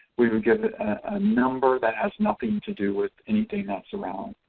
we would give it a number that has nothing to do with anything that's around,